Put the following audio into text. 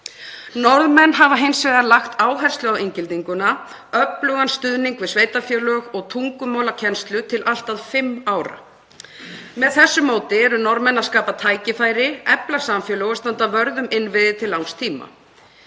Norðmenn hafa hins vegar lagt áherslu á inngildinguna, öflugan stuðning við sveitarfélög og tungumálakennslu til allt að fimm ára. Með þessu móti eru Norðmenn að skapa tækifæri, efla samfélög og standa vörð um innviði til langs tíma.